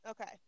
Okay